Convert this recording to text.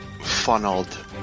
funneled